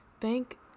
Thank